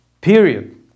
period